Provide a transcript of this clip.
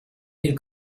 feel